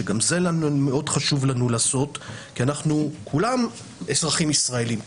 שגם זה מאוד חשוב לנו לעשות כי אנחנו כולם אזרחים ישראלים,